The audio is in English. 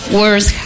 words